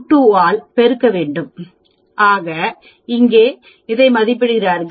0228 ஆக பெறுவோம் இங்கே இதை மதிப்பிடுகிறது